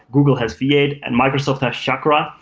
google has v eight, and microsoft has chakra,